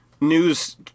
news